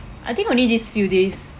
I think only these few days